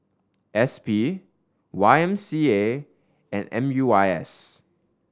S P Y M C A and M U I S